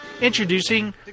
Introducing